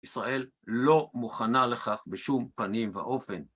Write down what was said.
ישראל לא מוכנה לכך בשום פנים ואופן.